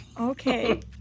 Okay